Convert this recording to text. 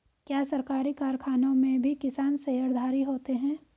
क्या सरकारी कारखानों में भी किसान शेयरधारी होते हैं?